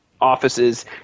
Offices